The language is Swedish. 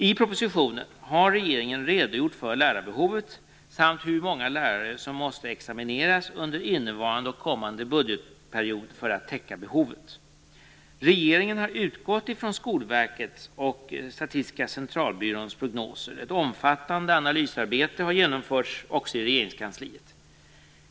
I propositionen har regeringen redogjort för lärarbehovet samt hur många lärare som måste examineras under innevarande och kommande budgetperiod för att täcka behovet. Regeringen har utgått från Skolverkets och Statistiska centralbyråns prognoser. Ett omfattande analysarbete har också genomförts i Regeringskansliet.